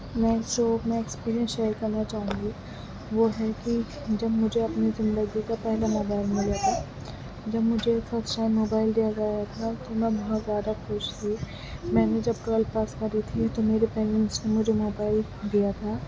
میں میں experience share کرنا چاہوں گی وہ ہے کہ جب مجھے اپنی زندگی کا پہلا موبائل ملا تھا جب مجھے فرسٹ ٹائم موبائل دیا گیا تھا تو میں بہت ذیادہ خوش ہوئی میں نے جب ٹویلو پاس کری تھی تو میرے پیرینٹس نے مجھے موبائل دیا تھا